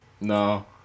No